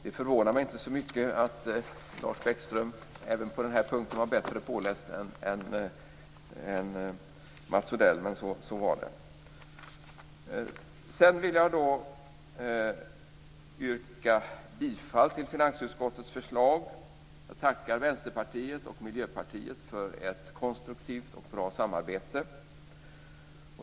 Det förvånar mig inte så mycket att Lars Bäckström även på den här punkten var bättre påläst än Mats Odell, men så var det. Jag vill sedan yrka bifall till finansutskottets förslag. Jag tackar Vänsterpartiet och Miljöpartiet för ett konstruktivt och bra samarbete.